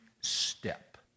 step